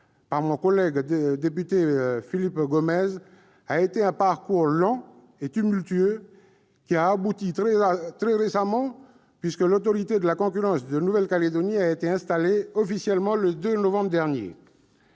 par mon collègue député Philippe Gomès, a conclu un parcours long et tumultueux, qui n'a abouti que très récemment, puisque l'Autorité de la concurrence de la Nouvelle-Calédonie a été officiellement installée le 2 novembre dernier.